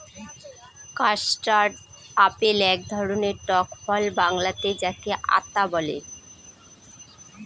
custard apple এক ধরনের টক ফল বাংলাতে যাকে আঁতা বলে